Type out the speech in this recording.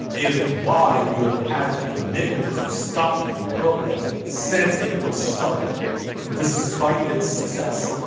is why you have had the commitment to stop the program since it was started despite its success